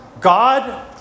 God